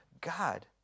God